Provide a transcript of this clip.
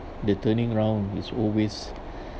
the turning round is always